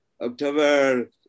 October